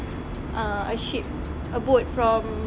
ah a ship a boat from